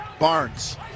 Barnes